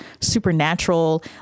supernatural